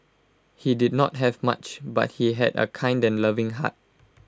he did not have much but he had A kind and loving heart